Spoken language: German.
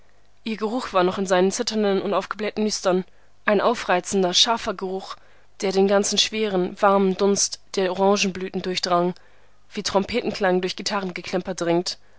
ihr geruch war noch in seinen zitternden und aufgeblähten nüstern ein aufreizender scharfer geruch der den ganzen schweren warmen dust der orangenblüten durchdrang wie trompetenklang durch gitarrengeklimper dringt